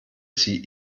sie